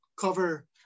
cover